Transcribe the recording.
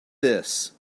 this